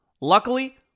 Luckily